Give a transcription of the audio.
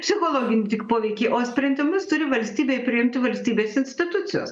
psichologinį tik poveikį o sprendimus turi valstybėj priimti valstybės institucijos